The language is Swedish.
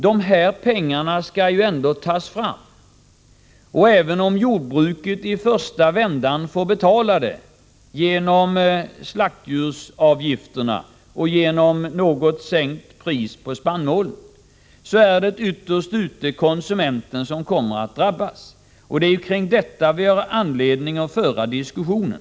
Dessa pengar skall ändå tas fram. Även om jordbruket i första vändan får betala förlusterna genom slaktdjursavgifterna och ett något sänkt pris på spannmål, är det ytterst konsumenten som kommer att drabbas. Det är kring kostnaderna för överskotten, som vi har anledning att föra — Nr 17 diskussionen.